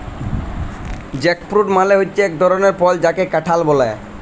jackfruit মালে হচ্যে এক ধরলের ফল যাকে কাঁঠাল ব্যলে